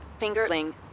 fingerling